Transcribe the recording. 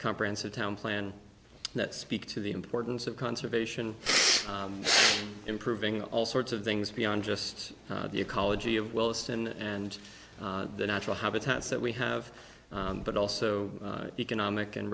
comprehensive town plan that speak to the importance of conservation improving all sorts of things beyond just the ecology of wellston and the natural habitats that we have but also economic and